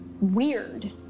weird